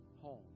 home